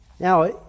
Now